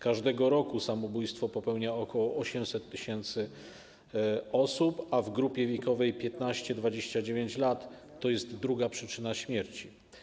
Każdego roku samobójstwo popełnia ok. 800 tys. osób, a w grupie wiekowej 15-29 lat to jest druga przyczyna śmierci.